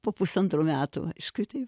po pusantrų metų aišku taip